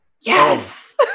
Yes